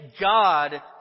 God